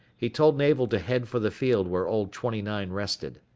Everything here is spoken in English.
he told navel to head for the field where old twenty nine rested.